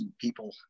people